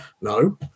No